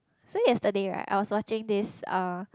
so yesterday right I was watching this uh